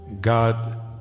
God